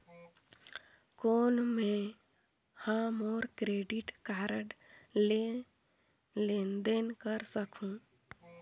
कौन मैं ह मोर क्रेडिट कारड ले लेनदेन कर सकहुं?